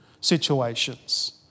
situations